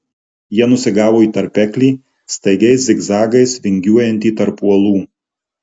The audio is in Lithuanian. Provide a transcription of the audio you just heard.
jie nusigavo į tarpeklį staigiais zigzagais vingiuojantį tarp uolų